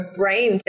brain